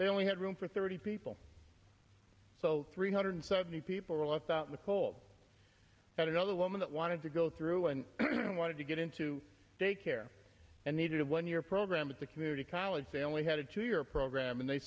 they only had room for thirty people so three hundred seventy people were left out in the cold at another woman that wanted to go through and then wanted to get into daycare and they did a one year program at the community college they only had a two year program and they